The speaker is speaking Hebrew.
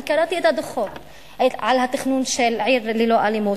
אני קראתי את הדוחות על התכנון של "עיר ללא אלימות",